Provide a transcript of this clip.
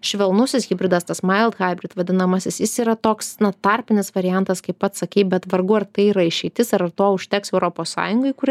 švelnusis hibridas tas maild haibrid vadinamasis jis yra toks tarpinis variantas kaip pats sakei bet vargu ar tai yra išeitis ar to užteks europos sąjungai kuri